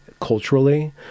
culturally